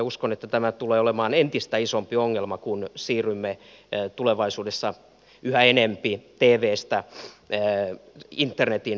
uskon että tämä tulee olemaan entistä isompi ongelma kun siirrymme tulevaisuudessa yhä enempi tvstä internetin puolelle